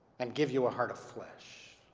and give you a heart of flesh.